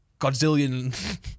Godzilla